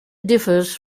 differs